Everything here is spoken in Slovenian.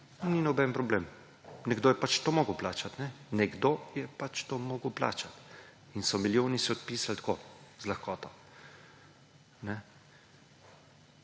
ni noben problem. Nekdo je pač to moral plačati, kajne? Nekdo je pač to moral plačati – in so se milijoni odpisali tako, z lahkoto!